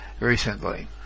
recently